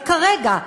אבל כרגע,